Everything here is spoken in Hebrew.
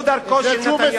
זו דרכו של נתניהו.